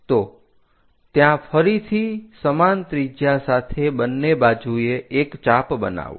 તો ત્યાં ફરીથી સમાન ત્રિજ્યા સાથે બંને બાજુએ એક ચાપ બનાવો